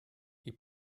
die